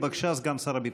בבקשה, סגן שר הביטחון.